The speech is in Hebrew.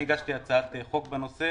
אני הגשתי הצעת חוק בנושא